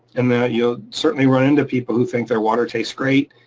and then you'll certainly run into people who think their water tastes great.